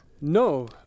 No